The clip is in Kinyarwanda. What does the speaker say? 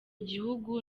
gihugu